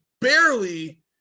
barely